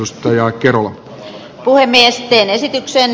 ostajaa keruun puhemies penesityksen